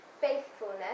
faithfulness